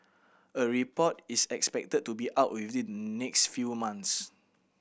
a report is expected to be out within next few months